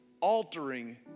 altering